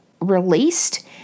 released